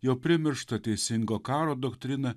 jau primirštą teisingo karo doktriną